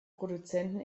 produzenten